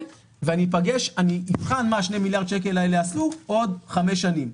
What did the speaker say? ואני אבחן מה שני המיליארד שקל האלה עשו בעוד חמש שנים.